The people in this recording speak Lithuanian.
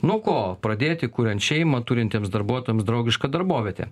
nuo ko pradėti kuriant šeimą turintiems darbuotojams draugišką darbovietę